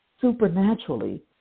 supernaturally